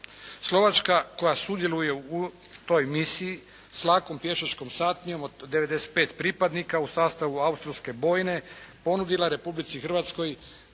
Slovačka koja sudjeluje u toj misiji s lakom pješačkom satnijom od 95 pripadnika u sastavu australske bojne ponudila Republici Hrvatskoj